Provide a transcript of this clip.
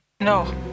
no